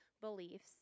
beliefs